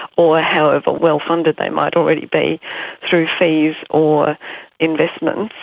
or however well-funded they might already be through fees or investments.